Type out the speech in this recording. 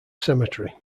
cemetery